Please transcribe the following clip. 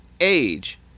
age